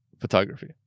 photography